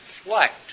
reflect